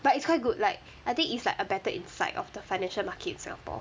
but it's quite good like I think it's like a better insight of the financial market in singapore